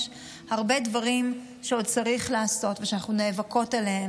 יש הרבה דברים שעוד צריך לעשות ושאנחנו נאבקות עליהם